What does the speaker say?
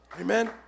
Amen